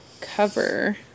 cover